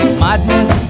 madness